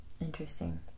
Interesting